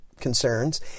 concerns